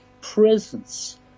presence